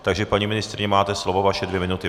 Takže paní ministryně, máte slovo, vaše dvě minuty.